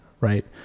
right